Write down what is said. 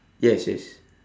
yes yes